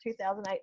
2008